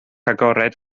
agored